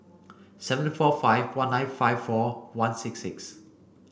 seven four five one nine five four one six six